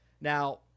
Now –